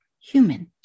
human